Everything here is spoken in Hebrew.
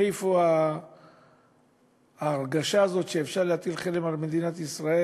מאיפה ההרגשה הזאת שאפשר להטיל חרם על מדינת ישראל?